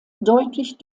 deutlich